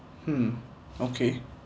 hmm okay